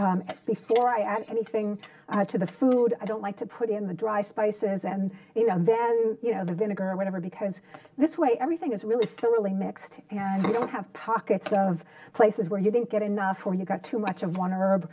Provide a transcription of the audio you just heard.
before i and anything to the food i don't like to put in the dry spices and then you know the vinegar or whatever because this way everything is really still really mixed and you don't have pockets of places where you didn't get enough or you got too much of one